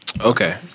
Okay